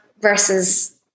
versus